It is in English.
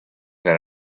than